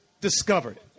discovered